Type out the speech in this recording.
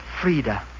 Frida